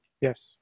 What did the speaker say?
Yes